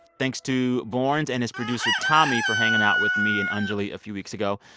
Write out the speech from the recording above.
thanks to borns and his producer tommy for hanging out with me and anjuli a few weeks ago.